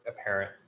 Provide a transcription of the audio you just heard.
apparent